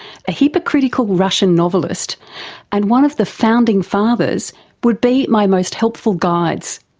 a hypocritical russian novelist and one of the founding fathers would be my most helpful guides.